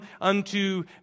unto